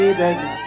baby